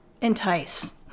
entice